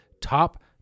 top